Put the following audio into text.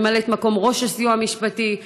ממלאת מקום ראש הסיוע המשפטי,